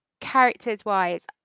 Characters-wise